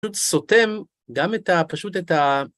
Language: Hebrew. פשוט סותם גם את ה.. פשוט את ה...